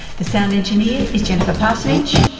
the sound engineer is jennifer parsonage,